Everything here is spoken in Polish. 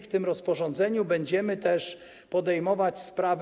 W tym rozporządzeniu będziemy też podejmować sprawy.